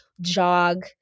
jog